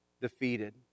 defeated